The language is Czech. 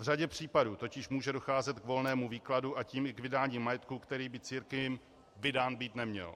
V řadě případů může totiž docházet k volnému výkladu, a tím i k vydání majetku, který by církvím vydán být neměl.